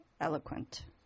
eloquent